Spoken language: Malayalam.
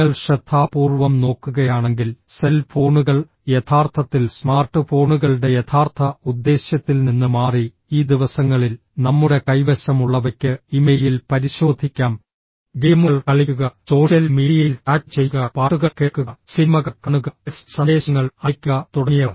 നിങ്ങൾ ശ്രദ്ധാപൂർവ്വം നോക്കുകയാണെങ്കിൽ സെൽ ഫോണുകൾ യഥാർത്ഥത്തിൽ സ്മാർട്ട് ഫോണുകളുടെ യഥാർത്ഥ ഉദ്ദേശ്യത്തിൽ നിന്ന് മാറി ഈ ദിവസങ്ങളിൽ നമ്മുടെ കൈവശമുള്ളവയ്ക്ക് ഇമെയിൽ പരിശോധിക്കാം ഗെയിമുകൾ കളിക്കുക സോഷ്യൽ മീഡിയയിൽ ചാറ്റ് ചെയ്യുക പാട്ടുകൾ കേൾക്കുക സിനിമകൾ കാണുക ടെക്സ്റ്റ് സന്ദേശങ്ങൾ അയയ്ക്കുക തുടങ്ങിയവ